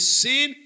sin